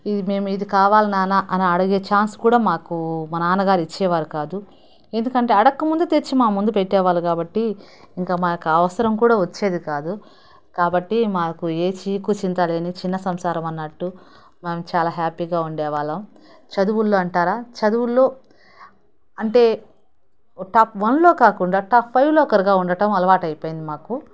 ఇది మేము ఇది కావాలి నాన్న అని అడిగే ఛాన్స్ కూడా మాకు మా నాన్నగారు ఇచ్చేవారు కాదు ఎందుకంటే అడగక ముందే తెచ్చి మా ముందు పెట్టేవాళ్ళు కాబట్టి ఇంక మాకు ఆ అవసరం కూడా వచ్చేది కాదు కాబట్టి మాకు ఏ చీకు చింత లేని చిన్న సంసారం అన్నట్టు మేం చాలా హ్యాపీగా ఉండేవాళ్ళం చదువుల్లో అంటారా చదువుల్లో అంటే టాప్ వన్లో కాకుండా టాప్ ఫైవ్లో ఒకరుగా ఉండటం అలవాటు అయిపోయింది మాకు